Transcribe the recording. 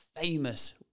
famous